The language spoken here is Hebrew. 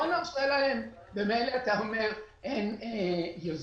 בוא נרשה להם אם ממילא אתה אומר שאין יוזמות.